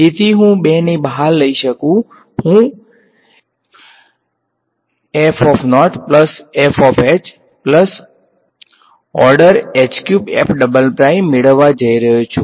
તેથી હું જે 2 બહારથી લઈ શકું છું હુ મેળવવા જઈ રહ્યો છું